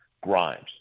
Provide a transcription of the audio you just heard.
Grimes